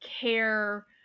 care